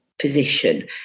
position